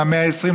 מה-120,